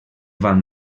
van